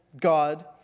God